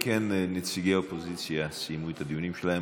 אם כן, נציגי האופוזיציה סיימו את הדיונים שלהם.